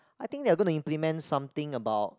I think they are going to implement something about